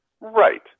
Right